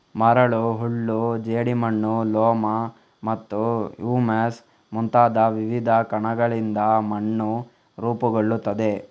ಮರಳು, ಹೂಳು, ಜೇಡಿಮಣ್ಣು, ಲೋಮ್ ಮತ್ತು ಹ್ಯೂಮಸ್ ಮುಂತಾದ ವಿವಿಧ ಕಣಗಳಿಂದ ಮಣ್ಣು ರೂಪುಗೊಳ್ಳುತ್ತದೆ